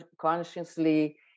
consciously